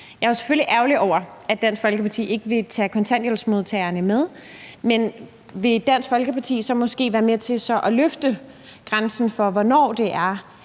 Jeg er selvfølgelig ærgerlig over, at Dansk Folkeparti ikke vil tage kontanthjælpsmodtagerne med. Men vil Dansk Folkeparti så måske være med til at hæve grænsen for, hvornår det det